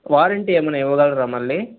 warranty ఏమైనా ఇవ్వగలరా మళ్ళీ